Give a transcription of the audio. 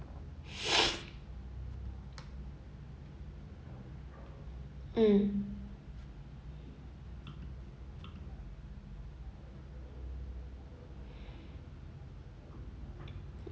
mm